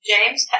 James